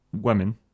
women